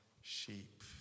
sheep